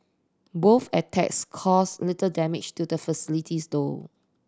both attacks caused little damage to the facilities though